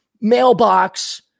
mailbox